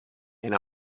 and